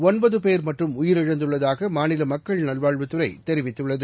ஒன்பது பேர் மட்டும் உயிரிழந்துள்ளதாக மாநில மக்கள் நல்வாழ்வுத்துறை தெரிவித்துள்ளது